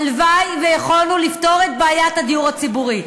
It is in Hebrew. הלוואי שיכולנו לפתור את בעיית הדיור הציבורי.